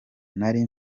nari